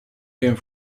came